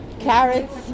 carrots